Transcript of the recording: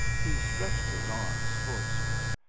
he stretched his arms towards her,